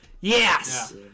Yes